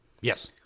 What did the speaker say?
yes